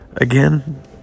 Again